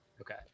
okay